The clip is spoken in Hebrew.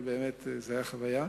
אבל זו היתה חוויה.